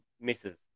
misses